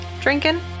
drinking